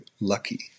lucky